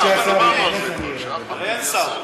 הרי אין שר.